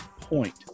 point